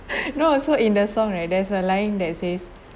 no also in the song right there's a line that says